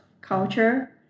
culture